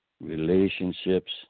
relationships